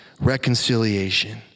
reconciliation